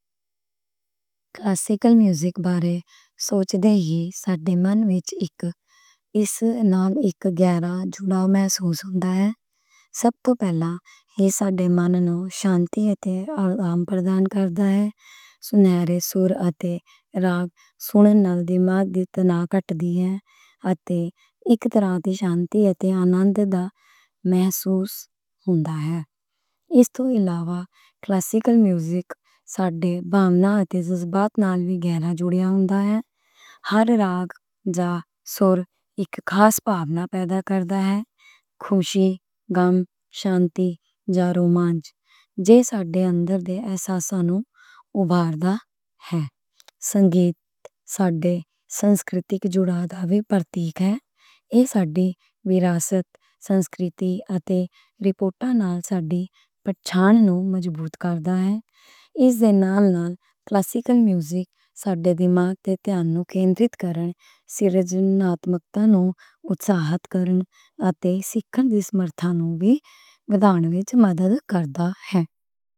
Classical music بارے سوچدے ہی ساڈے من وچ اس نال اک گہرا جڑاؤ محسوس ہوندا ہے۔ سب توں پہلے ایہ ساڈے من نوں شانتی اتے آرام پردان کردا ہے۔ سُنہِرے سُر اتے راگ سنن نال دماغ دا تناؤ گھٹ دا ہے۔ کلاسیکل میوزک بارے سوچدے ہی ساڈے من وچ اس نال اک گہرا جڑاؤ محسوس ہوندا ہے۔ سُر سنن نال دماغ دا تناؤ گھٹ دا ہے۔ ہر راگ جا سُر اک خاص بھاؤنا پیدا کردا ہے۔ ہر راگ جا سنن نال تناؤ گھٹ دا ہے ساڈے من نوں محسوس ہوندا ہے۔